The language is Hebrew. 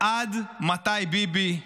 עד מתי, ביבי?